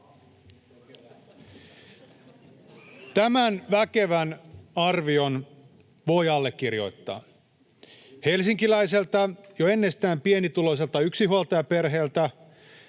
Tämän väkevän arvion voi allekirjoittaa. Helsinkiläiseltä jo ennestään pienituloiselta yksinhuoltajaperheeltä